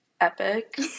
epic